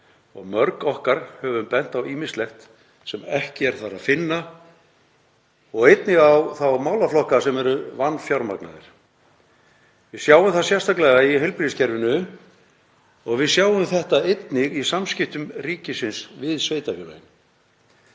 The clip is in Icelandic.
Mörg okkar hafa bent á ýmislegt sem ekki er þar að finna og einnig á þá málaflokka sem eru vanfjármagnaðir. Við sjáum það sérstaklega í heilbrigðiskerfinu og við sjáum þetta einnig í samskiptum ríkisins við sveitarfélögin.